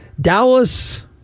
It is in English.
Dallas